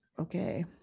okay